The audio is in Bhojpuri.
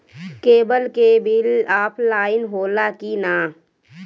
केबल के बिल ऑफलाइन होला कि ना?